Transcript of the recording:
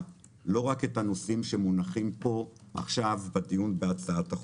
ולא רק את הנושאים שמונחים כאן עכשיו בדיון בהצעת החוק.